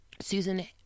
Susan